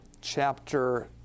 chapter